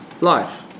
life